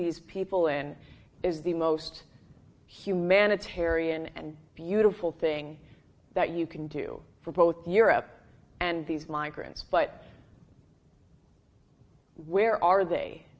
these people in is the most humanitarian and beautiful thing that you can do for both europe and these migrants but where are they